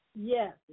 Yes